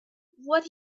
what